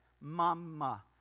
mama